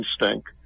instinct